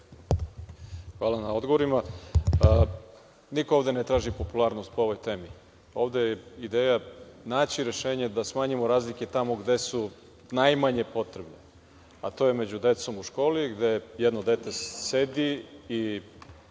Hvala na odgovorima. Niko ovde ne traži popularnost po ovoj temi. Ovde je ideja naći rešenje da smanjimo razlike tamo gde su najmanje potrebne, a to je među decom u školi, gde jedno dete sedi i